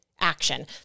action